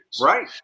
Right